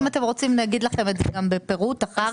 אם אתם רוצים נגיד לכם את זה גם בפירוט אחר כך,